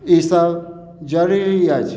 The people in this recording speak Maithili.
ई सब जरूरी अछि